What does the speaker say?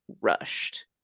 rushed